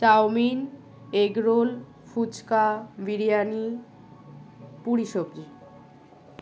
chowmein egg roll phuchka biryani puri সবজি